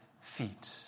feet